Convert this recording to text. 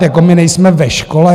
Jako my nejsme ve škole.